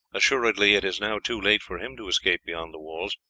assuredly it is now too late for him to escape beyond the walls,